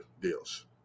deals